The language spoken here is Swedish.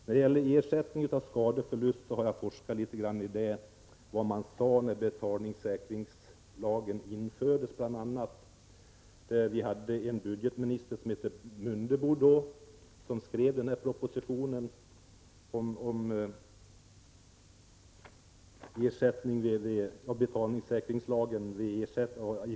När det gäller ersättning för skada och förlust har jag forskat litet i vad som sades när betalningssäkringslagen infördes. Det var en budgetminister som hette Mundebo som skrev propositionen om betalningssäkringslagen.